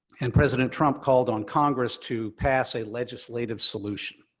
and president trump called on congress to pass a legislative solution.